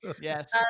Yes